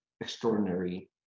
extraordinary